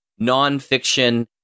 nonfiction